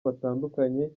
batandukanye